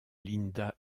linda